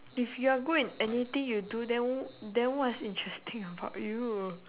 if you are good in anything you do then wh~ then what's interesting about you